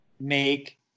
make